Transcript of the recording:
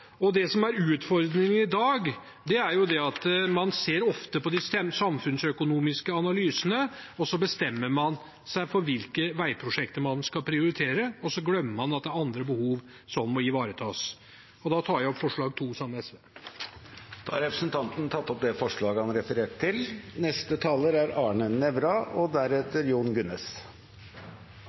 de samfunnsøkonomiske analysene før man bestemmer seg for hvilke veiprosjekter man skal prioritere, og så glemmer man at det er andre behov som må ivaretas. Jeg tar opp forslag nr. 2, som vi har sammen med SV. Da har representanten Bengt Fasteraune tatt opp forslaget han refererte til. I SV har vi en ærlig og